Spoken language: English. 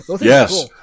Yes